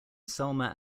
selma